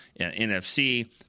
NFC